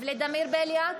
ולדימיר בליאק,